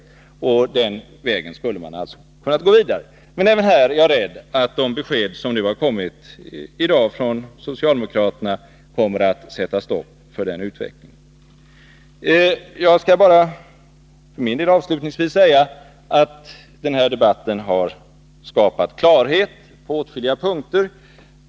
På den vägen skulle man alltså ha kunnat gå vidare. Men även här är jag rädd att de besked som har kommit i dag från socialdemokraterna kommer att sätta stopp för den utvecklingen. Jag skall bara avslutningsvis säga att den här debatten har skapat klarhet på åtskilliga punkter.